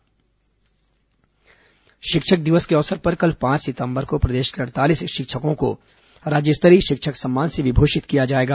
शिक्षक सम्मान शिक्षक दिवस के अवसर पर कल पांच सितंबर को प्रदेश के अड़तालीस शिक्षकों को राज्य स्तरीय शिक्षक सम्मान से पुरस्कृत किया जाएगा